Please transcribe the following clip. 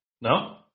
No